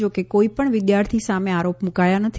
જો કે કોઇપણ વિદ્યાર્થી સામે આરોપ મૂકાયા નથી